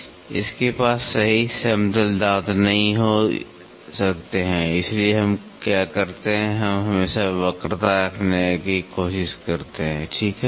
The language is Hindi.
आपके पास सही समतल दांत नहीं हो सकते हैं इसलिए हम क्या करते हैं हम हमेशा वक्रता रखने की कोशिश करते हैं ठीक है